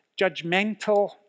judgmental